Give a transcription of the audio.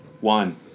One